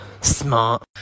Smart